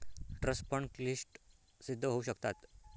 trust fund क्लिष्ट सिद्ध होऊ शकतात